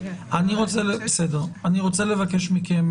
אני רוצה לבקש מכן,